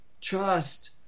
trust